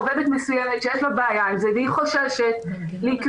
עובדת מסוימת שיש לה בעיה עם זה והיא חוששת להתלונן,